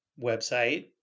website